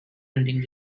ending